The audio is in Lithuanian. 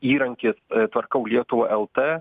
įrankis tvarkau lietuvą lt